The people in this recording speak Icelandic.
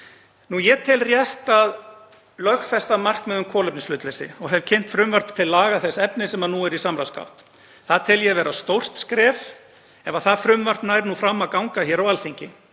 Ég tel rétt að lögfesta markmið um kolefnishlutleysi og hef kynnt frumvarp til laga þess efnis sem nú er í samráðsgátt. Ég tel það vera stórt skref ef frumvarpið nær fram að ganga hér á Alþingi.